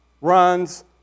runs